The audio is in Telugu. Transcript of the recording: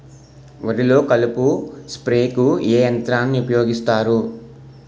వరిలో కలుపు స్ప్రేకు ఏ యంత్రాన్ని ఊపాయోగిస్తారు?